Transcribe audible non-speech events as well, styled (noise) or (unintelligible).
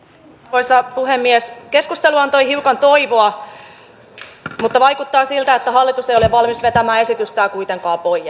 arvoisa puhemies keskustelu antoi hiukan toivoa mutta vaikuttaa siltä että hallitus ei ole valmis vetämään esitystään kuitenkaan pois (unintelligible)